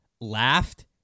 laughed